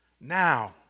Now